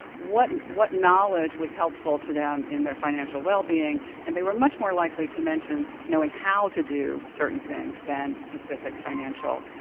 what what knowledge was helpful to them in their financial wellbeing. and they were much more likely to mention knowing how to do certain things than specific financial, ah,